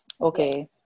Okay